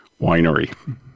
Winery